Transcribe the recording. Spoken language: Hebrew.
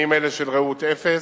בתנאים האלה של ראות אפס,